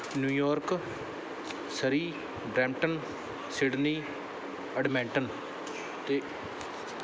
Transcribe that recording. New York Surrey Brampton Sydney Edmonton ਅਤੇ